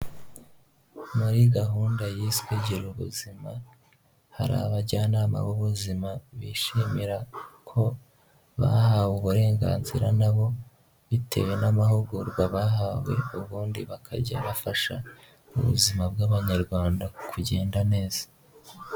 Muri gahunda yiswe Girubuzima, hari abajyanama b'ubuzima bishimira ko bahawe uburenganzira na bo bitewe n'amahugurwa bahawe ubundi bakajya bafasha mu buzima bw'Abanyarwanda kugenda neza.